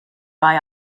buy